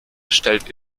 stellten